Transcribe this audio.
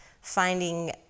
finding